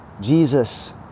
Jesus